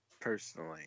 personally